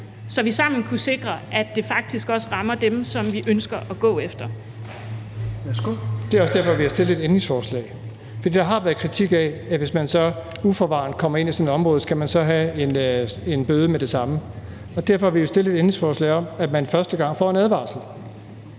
gå efter. Kl. 16:08 Tredje næstformand (Rasmus Helveg Petersen): Værsgo. Kl. 16:08 Jeppe Bruus (S): Det er også derfor, vi har stillet et ændringsforslag. For der har været kritik af, at hvis man uforvarende kommer ind i sådan et område, skal man så have en bøde med det samme. Derfor har vi stillet et ændringsforslag om, at man første gang får en advarsel,